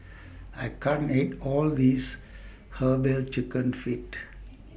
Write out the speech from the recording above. I can't eat All This Herbal Chicken Feet